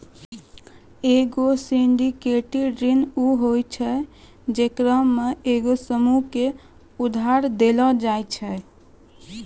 एगो सिंडिकेटेड ऋण उ होय छै जेकरा मे एगो समूहो के उधार देलो जाय छै